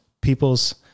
people's